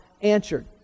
answered